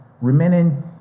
remaining